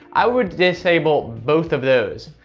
i would disable both of those.